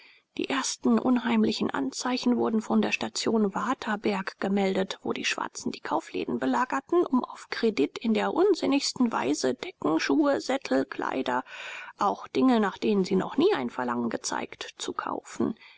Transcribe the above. die ersten unheimlichen anzeichen wurden von der station waterberg gemeldet wo die schwarzen die kaufläden belagerten um auf kredit in der unsinnigsten weise decken schuhe sättel kleider auch dinge nach denen sie noch nie ein verlangen gezeigt zu kaufen